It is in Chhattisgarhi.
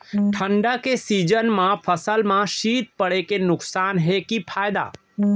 ठंडा के सीजन मा फसल मा शीत पड़े के नुकसान हे कि फायदा?